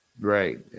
Right